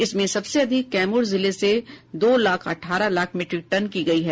इसमें सबसे अधिक कैमूर जिले से दो लाख अठारह हजार ट्रिक टन की गई है